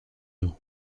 nous